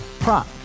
Prop